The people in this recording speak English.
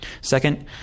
second